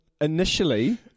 Initially